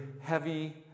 heavy